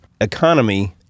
economy